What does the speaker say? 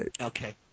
okay